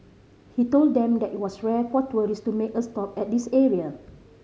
he told them that it was rare for tourist to make a stop at this area